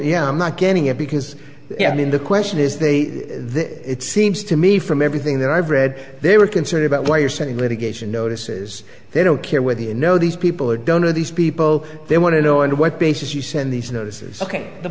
yeah i'm not getting it because i mean the question is the this it seems to me from everything that i've read they were concerned about where you're setting litigation notices they don't care whether you know these people or don't or these people they want to know and what basis you send these notices ok the